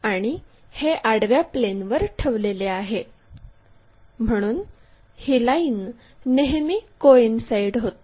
आणि हे आडव्या प्लेनवर ठेवलेले आहे म्हणून ही लाईन नेहमी कोइन्साईड होते